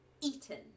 eaten